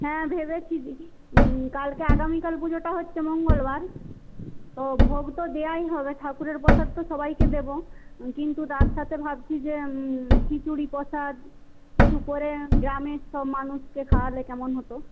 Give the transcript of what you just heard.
হ্যাঁ ভেবেছি দিদি কালকে আগামীকাল পুজোটা হচ্ছে মঙ্গলবার তো ভোগ তো দেওয়াই হবে ঠাকুরের প্রসাদ তো সবাইকে দেব কিন্তু তার সাথে ভাবছি যে খিচুড়ি প্রসাদ কিছু করে গ্রামের সব মানুষকে খাওয়ালে কেমন হত